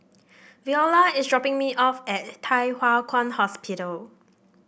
Veola is dropping me off at Thye Hua Kwan Hospital